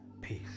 peace